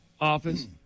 office